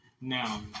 Now